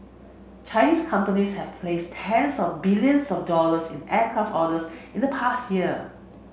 Chinese companies have placed tens of billions of dollars in aircraft orders in the past year